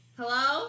hello